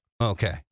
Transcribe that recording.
Okay